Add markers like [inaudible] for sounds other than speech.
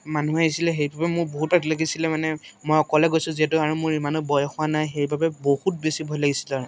মানুহ আহিছিলে সেইবাবে মোৰ বহুত [unintelligible] লাগিছিলে মানে মই অকলে গৈছোঁ যিহেতু আৰু মোৰ ইমানো বয়স হোৱা নাই সেইবাবে বহুত বেছি ভয় লাগিছিলে মানে